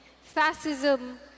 fascism